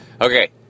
Okay